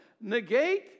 negate